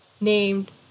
named